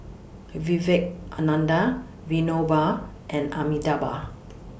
Vivekananda Vinoba and Amitabh